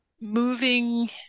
moving